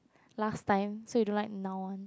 last time so you don't like now one